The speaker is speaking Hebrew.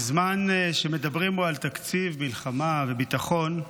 בזמן שמדברים פה על תקציב, מלחמה וביטחון,